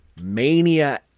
mania